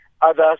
others